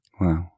Wow